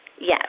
Yes